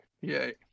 yay